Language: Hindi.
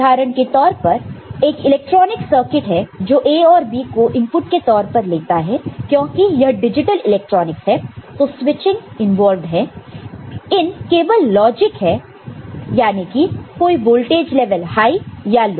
उदाहरण के तौर पर एक इलेक्ट्रॉनिक सर्किट है जो A और B को इनपुट के तौर पर लेता है क्योंकि यह डिजिटल इलेक्ट्रॉनिक्स है तो स्विचिंग इंवॉल्वड है इन केवल लॉजिक है यानी कि कोई वोल्टेज लेवल हाई या लो